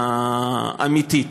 האמיתית.